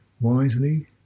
wisely